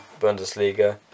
Bundesliga